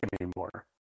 anymore